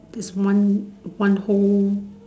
there's one one whole